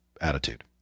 attitude